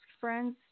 friends